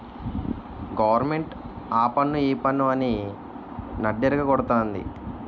government ఆపన్ను ఈపన్ను అని నడ్డిరగ గొడతంది